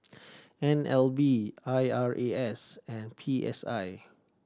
N L B I R A S and P S I